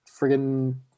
friggin